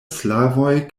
slavoj